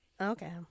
Okay